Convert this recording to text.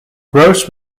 gross